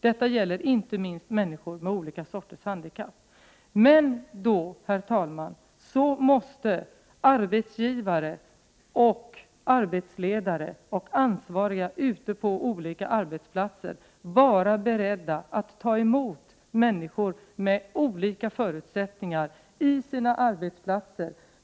Detta gäller inte minst människor med olika slags handikapp. Men då måste, herr talman, såväl arbetsgivare och arbetsledare som ansvariga ute på de olika arbetsplatserna vara beredda att ta emot människor med olika förutsättningar.